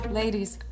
ladies